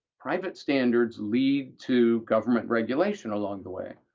private standards lead to government regulation along the way.